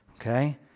Okay